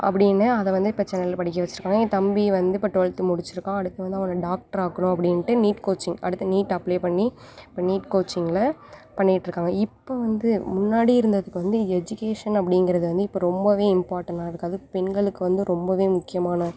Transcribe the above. அப்படின்னு அதை வந்து இப்போ சென்னையில் படிக்க வச்சிருக்காங்க என் தம்பி வந்து இப்போ ட்வெல்த்து முடித்துருக்கான் அடுத்து வந்து அவனை டாக்டராக்கணும் அப்படின்ட்டு நீட் கோச்சிங் அடுத்து நீட்டு அப்ளை பண்ணி இப்போ நீட் கோச்சிங்கில் பண்ணிக்கிட்டிருக்காங்க இப்போ வந்து முன்னாடி இருந்ததுக்கு வந்து எஜிகேஷன் அப்படிங்கறது வந்து இப்போ ரொம்பவே இம்பார்ட்டனாக இருக்குது அது பெண்களுக்கு வந்து ரொம்பவே முக்கியமான